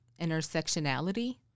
intersectionality